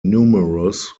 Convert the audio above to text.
numerous